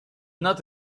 not